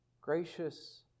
Gracious